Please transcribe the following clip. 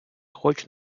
хочу